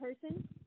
person